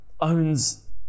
owns